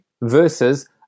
versus